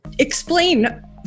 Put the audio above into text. Explain